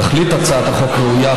תכלית הצעת החוק ראויה,